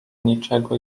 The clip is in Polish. niczego